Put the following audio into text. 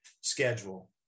schedule